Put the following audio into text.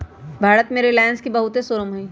भारत में रिलाएंस के बहुते शोरूम हई